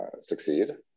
succeed